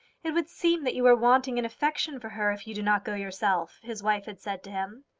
it would seem that you were wanting in affection for her if you do not go yourself, his wife had said to him.